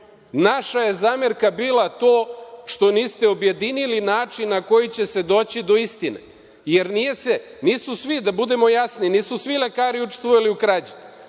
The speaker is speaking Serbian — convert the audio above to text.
je zamerka bila to što niste objedinili način na koji će se doći do istine, jer da budemo jasni, nisu svi lekari učestvovali u krađi.